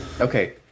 Okay